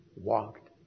walked